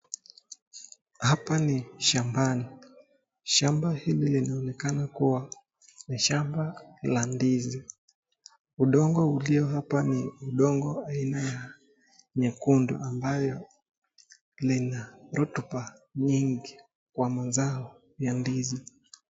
Hapa ni shambani. Shamba hili linaonekana kuwa ni shamba la ndizi, udongo ulio hapa ni udongo aina ya nyekundu ambayo lina rotuba nyingi kwa mazao ya ndizi.